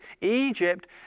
Egypt